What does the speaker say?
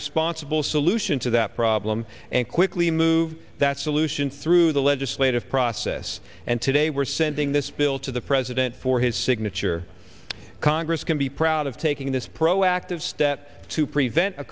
responsible solution to that problem and quickly move that solution through the legislative process and today we're sending this bill to the president for his signature congress can be proud of taking this proactive step to prevent a